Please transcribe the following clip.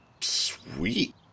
Sweet